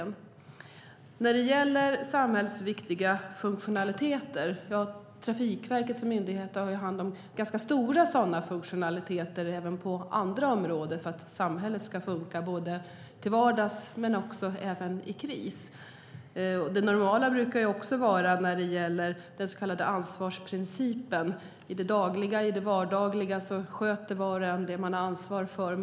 När det gäller samhällsviktiga funktioner har Trafikverket hand om ganska stora sådana för att samhället ska funka både till vardags och i kris. Det normala brukar enligt ansvarsprincipen vara att i det vardagliga sköter var och en sköter det man har ansvar för.